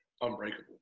Unbreakable